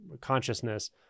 consciousness